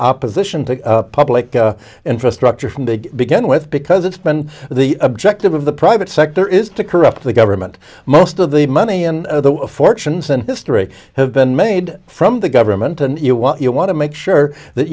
opposition to public infrastructure from the begin with because it's been the objective of the private sector is to corrupt the government most of the money in the fortunes and history have been made from the government and you want you want to make sure that